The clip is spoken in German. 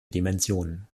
dimensionen